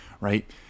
right